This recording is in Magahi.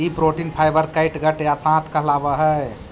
ई प्रोटीन फाइवर कैटगट या ताँत कहलावऽ हई